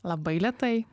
labai lėtai